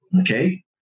Okay